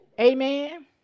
amen